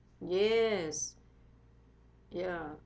yes ya